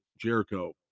Jericho